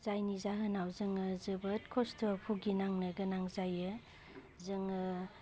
जायनि जाहोनाव जोङो जोबोर खस्थ' भुगिनांनो गोनां जायो जोङो